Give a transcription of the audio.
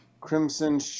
Crimson